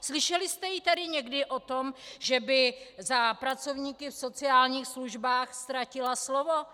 Slyšeli jste ji tady někdy, že by za pracovníky v sociálních službách ztratila slovo?